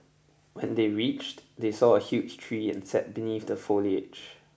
when they reached they saw a huge tree and sat beneath the foliage